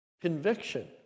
conviction